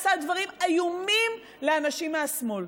עשה דברים איומים לאנשים מהשמאל.